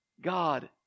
God